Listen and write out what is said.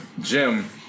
Jim